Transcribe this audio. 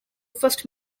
first